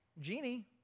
genie